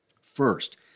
First